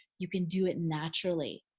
you can do it naturally.